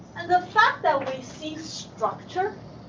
and the fact that we see structure